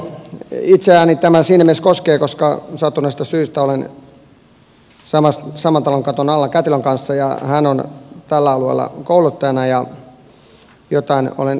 itseäni tämä siinä mielessä koskee koska sattuneesta syystä olen saman talon katon alla kätilön kanssa ja hän on tällä alueella kouluttajana ja jotain olen siitä kuullut